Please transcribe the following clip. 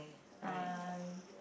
I